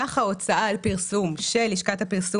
סך ההוצאה על פרסום של לשכת הפרסום